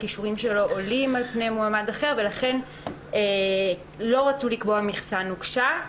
הכישורים שלו עולים על פני מועמד אחר ולכן לא רצו לקבוע מכסה נוקשה.